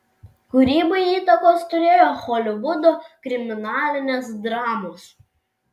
kūrybai įtakos turėjo holivudo kriminalinės dramos